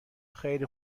خیلی